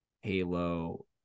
halo